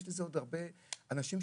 לכל ענף כזה יש הרבה ענפים תומכים.